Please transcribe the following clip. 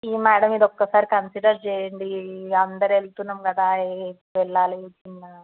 madam ఇది ఒకసారి consider చేయండి అందరు వెళ్తున్నాం కదా వెళ్ళాలి